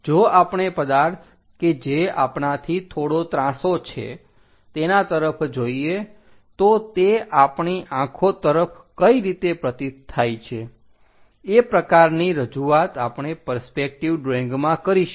જો આપણે પદાર્થ કે જે આપણાથી થોડો ત્રાંસો છે તેના તરફ જોઈએ તો તે આપણી આંખો તરફ કઈ રીતે પ્રતીત થાય છે એ પ્રકારની રજૂઆત આપણે પરસ્પેકટિવ ડ્રોઈંગમાં કરીશું